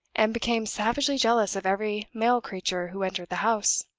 and became savagely jealous of every male creature who entered the house.